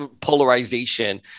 polarization